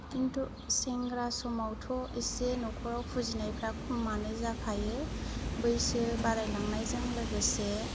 किन्तु सेंग्रा समावथ' इसे न'खराव फुजिनायफ्रा खमानो जाखायो बैसो बारायलांनायजों लोगोसे